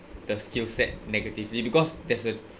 the skill set negatively because there's a